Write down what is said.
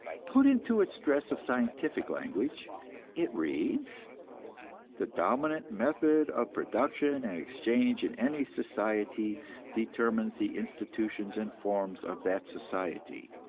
put into its dress of scientific language it reads the dominant method of production and exchange in any society determines the institutions and forms of that society.